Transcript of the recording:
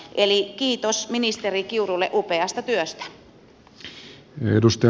eli kiitos ministeri kiurulle upeasta työstä